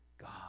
God